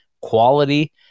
quality